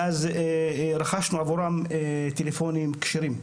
ואז רכשנו עבורם טלפונים כשרים.